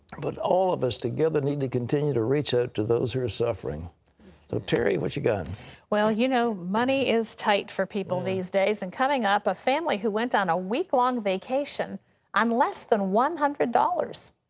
but all of us together need to continue to reach out to those who are suffering. but so terry, what have you got? well, you know money is tight for people these days, and coming up, a family who went on a weeklong vacation on less than one hundred dollars.